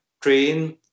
train